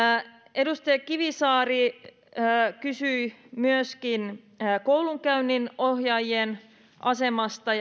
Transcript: edustaja kivisaari kysyi myöskin koulunkäynninohjaajien asemasta